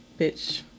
bitch-